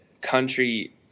country